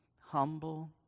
Humble